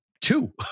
two